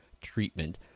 treatment